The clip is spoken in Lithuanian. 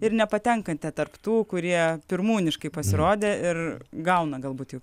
ir nepatenkate tarp tų kurie pirmūniškai pasirodė ir gauna galbūt jau